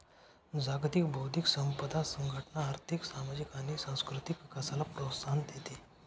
जागतिक बौद्धिक संपदा संघटना आर्थिक, सामाजिक आणि सांस्कृतिक विकासाला प्रोत्साहन देते